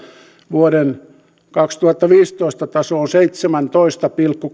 vuoden kaksituhattaviisitoista tasoon seitsemääntoista pilkku